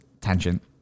Tangent